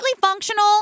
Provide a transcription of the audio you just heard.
functional